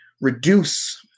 reduce